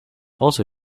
also